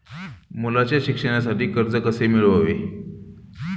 मुलाच्या शिक्षणासाठी कर्ज कसे मिळवावे?